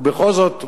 בכל זאת,